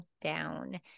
down